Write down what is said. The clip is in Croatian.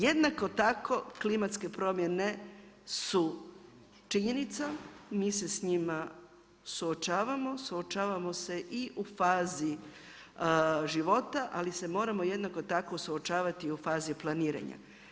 Jednako tako klimatske promjene su činjenica, mi se s njima suočavamo, suočavamo se i u fazi života ali se moramo jednako tako suočavati u fazi planiranja.